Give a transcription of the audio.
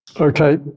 Okay